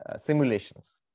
simulations